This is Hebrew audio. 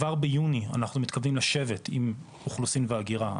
כבר ביוני אנחנו מתכוונים לשבת עם האוכלוסין וההגירה,